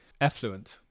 effluent